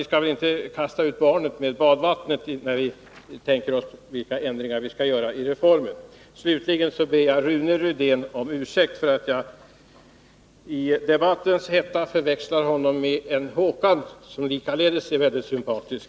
Vi skall väl inte kasta ut barnet med badvattnet innan vi vet vilka ändringar vi kan göra i reformen. Slutligen ber jag Rune Rydén om ursäkt att jag i debattens hetta förväxlade honom med en Håkan Rydén, som likaledes är mycket sympatisk.